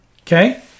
okay